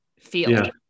field